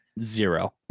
Zero